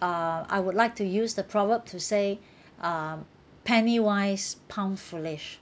uh I would like to use the proverb to say um penny wise pound foolish